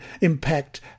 impact